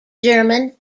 german